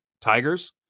tigers